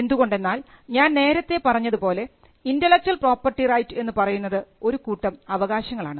എന്തുകൊണ്ടെന്നാൽ ഞാൻ നേരത്തെ പറഞ്ഞതുപോലെ ഇന്റെലക്ച്വൽ പ്രോപ്പർട്ടി റൈറ്റ് എന്നു പറയുന്നത് ഒരു കൂട്ടം അവകാശങ്ങളാണ്